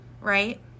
right